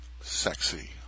sexy